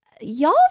y'all